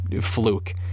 fluke